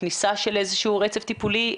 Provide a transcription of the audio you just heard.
לכניסה של איזה שהוא רצף טיפולי?